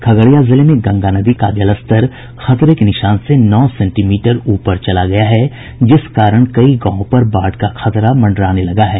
खगड़िया जिले में गंगा नदी का जलस्तर खतरे के निशान से नौ सेंटीमीटर ऊपर चला गया है जिस कारण कई गांवों पर बाढ़ का खतरा मंडराने लगा है